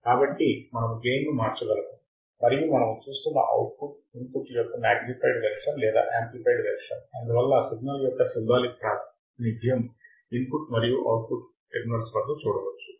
కాబట్టి మనము గెయిన్ ను మార్చగలము మరియు మనము చూస్తున్న అవుట్పుట్ ఇన్పుట్ యొక్క మాగ్నిఫైడ్ వెర్షన్ లేదా యామ్ప్లిఫైడ్ వెర్షన్ అందువల్ల సిగ్నల్ యొక్క సింబాలిక్ ప్రాతినిధ్యం ఇన్పుట్ మరియు అవుట్పుట్ టెర్మినల్స్ వద్ద చూడవచ్చు